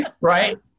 right